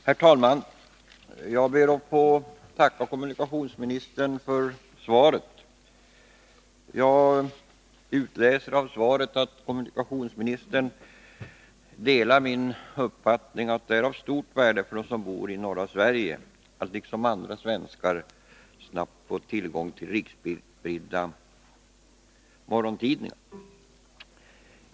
Herr talman! Jag ber att få tacka kommunikationsministern för svaret. Jag utläser av svaret att kommunikationsministern delar min åsikt att det är av stort värde för dem som bor i norra Sverige att liksom andra svenskar snabbt få tillgång till riksspridda morgontidningar.